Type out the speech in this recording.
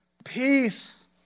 peace